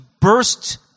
burst